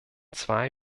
zwei